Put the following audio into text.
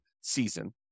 season